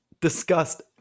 disgust